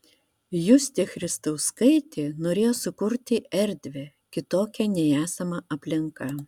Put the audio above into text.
justė christauskaitė norėjo sukurti erdvę kitokią nei esama aplinka